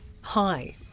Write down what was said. Hi